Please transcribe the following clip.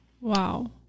Wow